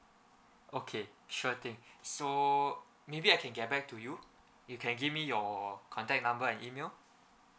okay sure thing so maybe I can get back to you you can give me your contact number and email